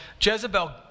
Jezebel